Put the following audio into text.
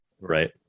Right